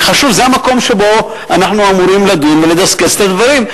זה המקום שבו אנחנו אמורים לדון ולדסקס את הדברים.